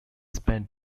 spent